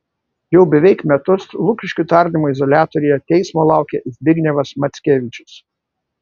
jau beveik metus lukiškių tardymo izoliatoriuje teismo laukia zbignevas mackevičius